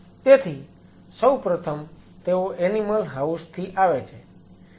તેથી સૌ પ્રથમ તેઓ એનિમલ હાઉસ થી આવે છે